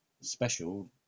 special